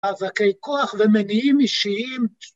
מ‫אבקי כוח ומניעים אישיים.